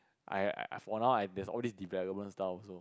I I for now I there's all these development stuff also